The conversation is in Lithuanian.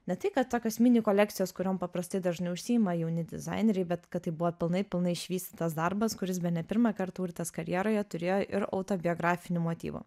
ne tai kad tokios mini kolekcijos kuriom paprastai dažnai užsiima jauni dizaineriai bet kad tai buvo pilnai pilnai išvystytas darbas kuris bene pirmą kartą urtės karjeroje turėjo ir autobiografinių motyvų